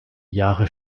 jahre